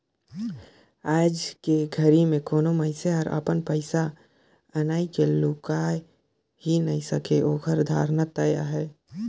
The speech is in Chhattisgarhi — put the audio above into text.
आयज के घरी मे कोनो मइनसे हर अपन पइसा अनई के लुकाय ही नइ सके ओखर धराना तय अहे